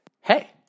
Hey